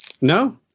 no